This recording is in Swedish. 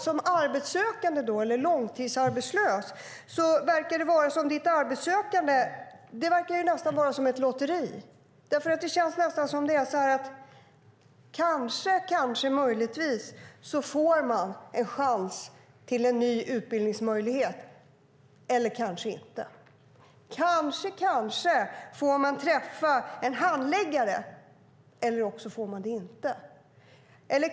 Som långtidsarbetslös verkar arbetssökandet vara som ett lotteri. Det känns nästan som att man möjligtvis får en chans till en ny utbildningsmöjlighet - eller kanske inte. Kanske får man träffa en handläggare - eller också får man det inte.